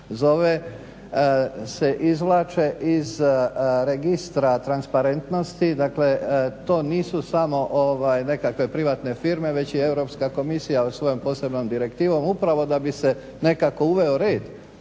zove se izvlače iz registra transparentnosti, dakle to nisu samo nekakve privatne firme, već i Europska komisija svojom posebnom direktivom, upravo da bi se nekako uveo red